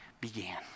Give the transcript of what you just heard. began